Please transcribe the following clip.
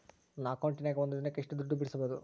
ನನ್ನ ಅಕೌಂಟಿನ್ಯಾಗ ಒಂದು ದಿನಕ್ಕ ಎಷ್ಟು ದುಡ್ಡು ಬಿಡಿಸಬಹುದು?